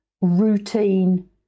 routine